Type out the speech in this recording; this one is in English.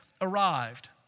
arrived